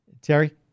Terry